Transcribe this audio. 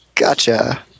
Gotcha